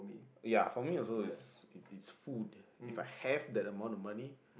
ya for me also is it's it's food if I had that amount of money